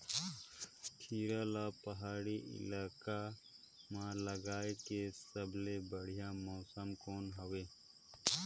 खीरा ला पहाड़ी इलाका मां लगाय के सबले बढ़िया मौसम कोन हवे?